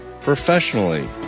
professionally